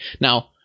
Now